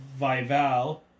Vival